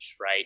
right